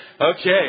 Okay